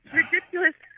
ridiculous